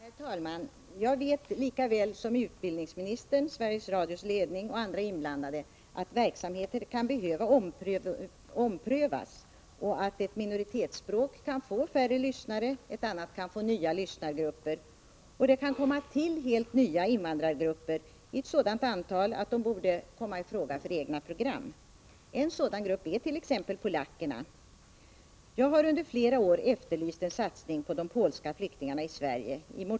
Herr talman! Jag vet lika väl som statsrådet, Sveriges Radios ledning och andra inblandade att verksamheter kan behöva omprövas och att ett minoritetsspråk kan få färre lyssnare medan ett annat kan få nya lyssnargrupper. Helt nya invandrargrupper kan också komma till i ett sådant antal att de borde komma i fråga för egna program — t.ex. polackerna. Jag har under flera år i motioner och även inom invandrarverkets styrelse efterlyst en satsning på de polska flyktingarna i Sverige.